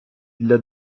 для